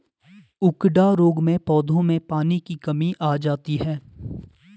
उकडा रोग में पौधों में पानी की कमी आ जाती है